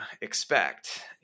expect